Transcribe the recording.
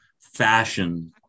Fashion